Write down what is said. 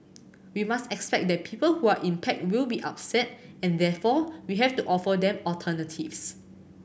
we must expect that people who are impacted will be upset and therefore we have to offer them alternatives